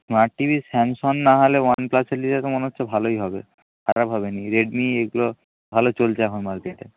smart TV Samsung না হলে ওয়ান প্লাসের নিলে তো মনে হচ্ছে ভালোই হবে খারাপ হবে নি রেডমি এইগুলো ভালো চলছে এখন মার্কেটে